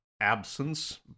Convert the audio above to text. absence